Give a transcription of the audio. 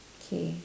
K